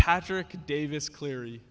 patrick davis cleary